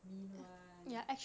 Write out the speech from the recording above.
mean [one]